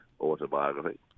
autobiography